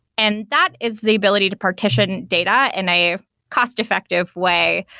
and that is the ability to partition data in a cost-effective way.